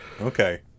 Okay